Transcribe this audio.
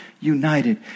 united